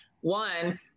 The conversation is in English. One